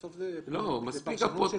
אתה אומר שאתה מוציא 1,000 דוחות כאלה בחודש.